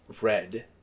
red